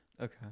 Okay